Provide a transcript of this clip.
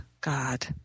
God